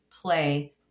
play